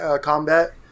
combat